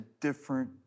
different